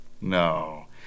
No